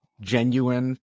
genuine